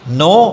no